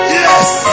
yes